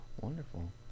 Wonderful